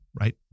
right